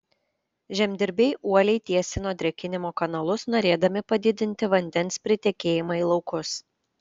žemdirbiai uoliai tiesino drėkinimo kanalus norėdami padidinti vandens pritekėjimą į laukus